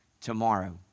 tomorrow